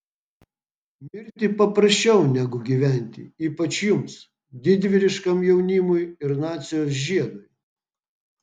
mirti paprasčiau negu gyventi ypač jums didvyriškam jaunimui ir nacijos žiedui